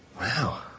Wow